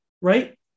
Right